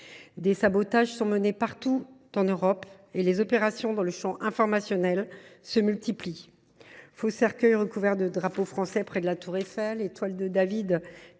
des sabotages ont lieu partout en Europe et les opérations dans le champ informationnel – faux cercueils recouverts de drapeaux français près de la tour Eiffel, étoiles de David